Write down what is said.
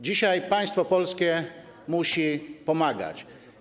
Dzisiaj państwo polskie musi pomagać.